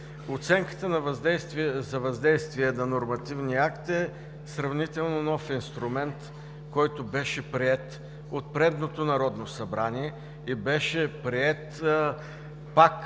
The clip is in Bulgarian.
Оценката за въздействие на нормативния акт е сравнително нов инструмент, който беше приет от предното Народно събрание и беше приет пак